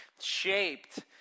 shaped